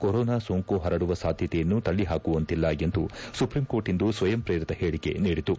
corona ಸೊಂಕು ಪರಡುವ ಸಾಧ್ಯತೆಯನ್ನು ತಳ್ಳಿ ಪಾಕುವಂತಿಲ್ಲ ಎಂದು ಸುಪ್ರೀಂ ಕೋರ್ಟ್ ಇಂದು ಸ್ವಯಂ ಪ್ರೇರಿತ ಹೇಳಿಕೆ ನೀಡಿತು